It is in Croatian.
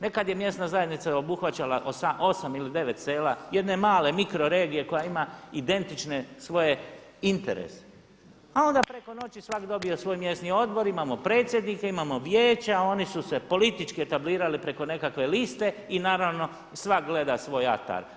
Nekada je mjesna zajednica obuhvaćala 8 ili 9 sela jedne male mikro regije koja ima identične svoje interese a onda preko noći svatko dobio svoj mjesni odbora, imamo predsjednike, imamo vijeća, oni su se politički etablirali preko nekakve liste i naravno svatko gleda svoj atar.